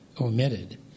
omitted